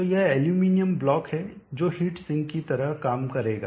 तो यह aluminium block है जो हीट सिंक की तरह काम करेगा